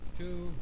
two